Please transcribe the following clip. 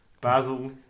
Basel